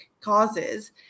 causes